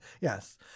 Yes